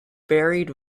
buried